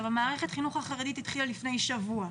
מערכת החינוך החרדית התחילה לפני שבוע,